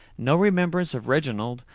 no remembrance of reginald,